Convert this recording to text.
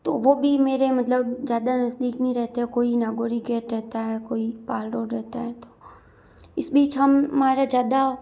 तो वो भी मेरे मतलब ज़्यादा नज़दीक नी रहते कोई नागोरी गेट रहता है कोई पाल रोड रहता है तो इस बीच हमारा ज़्यादा